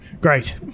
Great